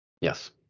Yes